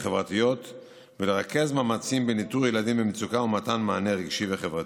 וחברתיות ולרכז מאמצים באיתור ילדים במצוקה ומתן מענה רגשי וחברתי.